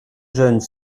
jeunes